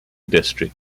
district